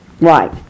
right